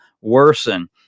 worsen